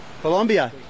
Colombia